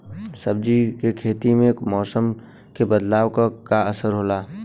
सब्जी के खेती में मौसम के बदलाव क का असर होला?